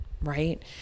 right